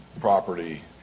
property